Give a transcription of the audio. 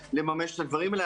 יהיה לממש את הדברים האלה.